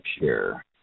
share